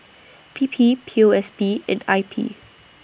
P P P O S B and I P